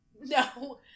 no